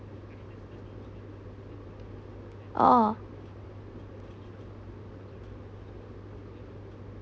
oh